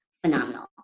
phenomenal